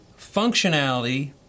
functionality